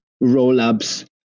roll-ups